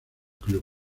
club